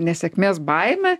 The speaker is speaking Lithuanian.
nesėkmės baimę